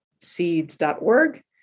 seeds.org